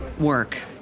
work